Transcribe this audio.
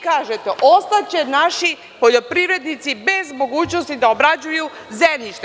Kažete – ostaće naši poljoprivrednici bez mogućnosti da obrađuju zemljište.